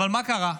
אבל מה קרה?